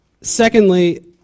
Secondly